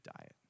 diet